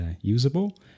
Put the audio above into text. usable